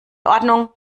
ordnung